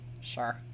Sure